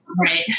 Right